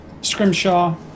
Scrimshaw